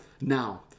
now